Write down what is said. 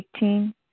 18